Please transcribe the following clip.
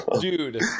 Dude